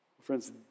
Friends